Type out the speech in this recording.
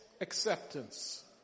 acceptance